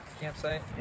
campsite